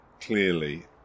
clearly